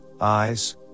eyes